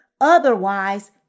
Otherwise